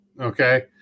Okay